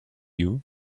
you